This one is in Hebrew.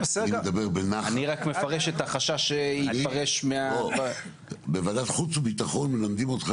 אני רק מפרש את החשש שיתפרש מה --- בוועדת חוץ וביטחון מלמדים אותך